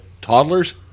toddlers